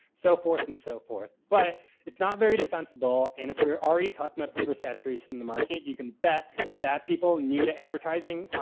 so forth and so forth. but it's not very defensible and if we were already talking about over saturation in the market you can bet that people new to advertising,